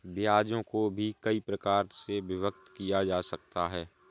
ब्याजों को भी कई प्रकार से विभक्त किया जा सकता है